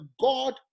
God